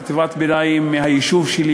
חטיבת הביניים מהיישוב שלי,